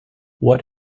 what